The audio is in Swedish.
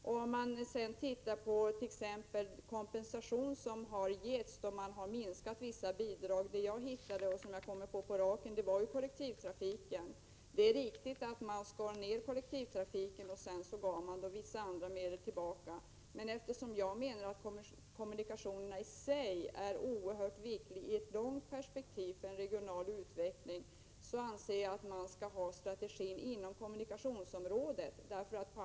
Jag har tittat litet på vilken kompensation som har getts då vissa bidrag har minskats. Det som jag nu direkt minns gällde kollektivtrafiken. Det är riktigt att man skar ned kollektivtrafiken och i stället gav andra medel som kompensation. Men eftersom jag menar att kommunikationerna i sig är oerhört viktiga i ett långt perspektiv för en regional utveckling, anser jag att man skall ha en strategi inom kommunikationsområdet.